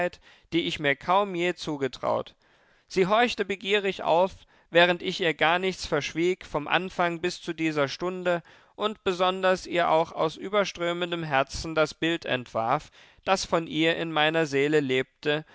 die ich mir kaum je zugetraut sie horchte begierig auf während ich ihr gar nichts verschwieg vom anfang bis zu dieser stunde und besonders ihr auch aus überströmendem herzen das bild entwarf das von ihr in meiner seele lebte